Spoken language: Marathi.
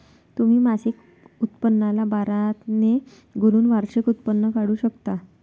तुम्ही मासिक उत्पन्नाला बारा ने गुणून वार्षिक उत्पन्न काढू शकता